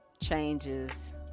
changes